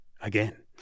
again